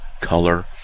color